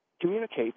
communicate